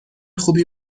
خوبی